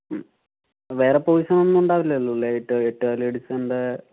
വേറെ പോയ്സൺ ഒന്നും ഉണ്ടാവില്ലല്ലോ അല്ലേ എട്ടുകാലി കടിച്ചതിൻ്റെ